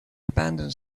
abandons